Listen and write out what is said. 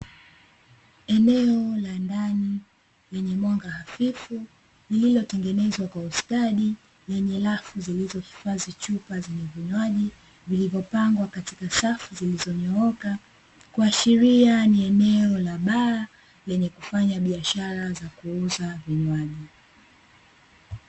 Eneo la ndani, lenye mwanga hafifu lililotengenezwa kwa ustadi, lenye rafu zilizohifadhi chupa zenye vinywaji vilivyopangwa katika safu zilizonyooka, kuashiria ni eneo la baa lenye kufanya biashara za kuuza vinywaji.